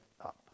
up